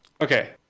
Okay